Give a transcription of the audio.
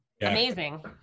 Amazing